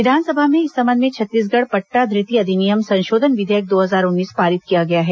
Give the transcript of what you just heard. विधानसभा में इस संबंध में छत्तीसगढ़ पट्टाधृति अधिनियम संशोधन विधेयक दो हजार उन्नीस पारित किया गया है